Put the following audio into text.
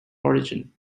origin